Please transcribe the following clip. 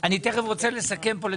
אני תיכף רוצה לסכם פה.